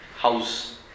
House